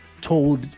told